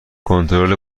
کنترل